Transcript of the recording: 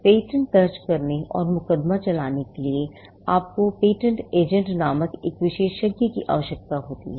patent दर्ज करने और मुकदमा चलाने के लिए आपको पेटेंट एजेंट नामक एक विशेषज्ञ की आवश्यकता होती है